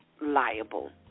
liable